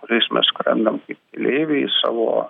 kuriais mes skrendam kaip keleiviai savo